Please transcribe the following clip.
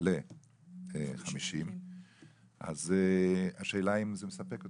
ל- 50%. השאלה אם זה מספק אותם?